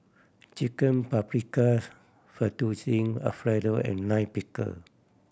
Chicken Paprikas Fettuccine Alfredo and Lime Pickle